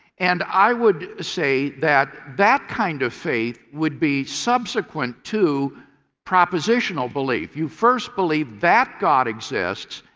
and i would say that that kind of faith would be subsequent to propositional belief. you first believe that god exists,